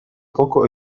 poco